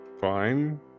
fine